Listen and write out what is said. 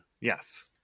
Yes